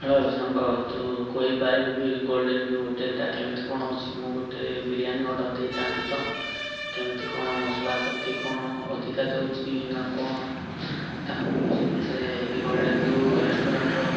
hello ସାଙ୍ଗ ତୁ କହିପାରିବୁ କି ଗୋଲ୍ଡେନ ଭିଉ ହୋଟେଲଟା କେମିତି କ'ଣ ଅଛି ମୁଁ ଗୋଟେ ବିରିୟାନୀ ଅର୍ଡର ଦେଇଥାନ୍ତି ତ କେମିତି କ'ଣ ମସଲାପତି କ'ଣ ଅଧିକା ଦେଉଛି ନା କ'ଣ ସେ ଗୋଲ୍ଡେନ ଭିଉ ରେଷ୍ଟୁରାଣ୍ଟର